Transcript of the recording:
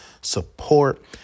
support